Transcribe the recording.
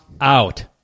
out